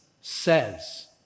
says